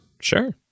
Sure